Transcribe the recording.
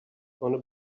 gonna